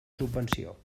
subvenció